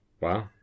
Wow